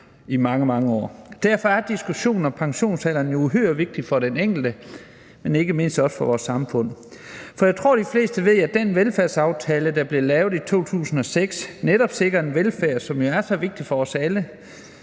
i mange, mange år. Derfor er diskussionen om pensionsalderen uhyre vigtig for den enkelte, men ikke mindst også for vores samfund. For jeg tror, de fleste ved, at den velfærdsaftale, der blev lavet i 2006, netop sikrer en velfærd, som jo er så vigtig for os alle,